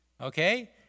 Okay